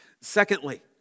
Secondly